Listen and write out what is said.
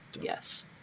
Yes